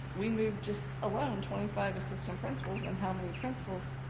we moved just alone twenty five assistant principals and how many principals